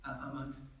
amongst